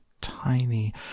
tiny